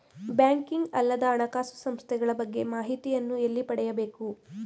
Banking ಅಲ್ಲದ ಹಣಕಾಸು ಸಂಸ್ಥೆಗಳ ಬಗ್ಗೆ ಮಾಹಿತಿಯನ್ನು ಎಲ್ಲಿ ಪಡೆಯಬೇಕು?